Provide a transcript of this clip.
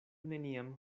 neniam